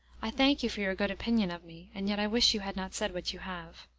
i thank you for your good opinion of me, and yet i wish you had not said what you have.